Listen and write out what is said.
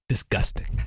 Disgusting